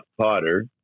Potter